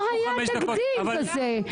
לא היה תקדים כזה.